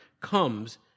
comes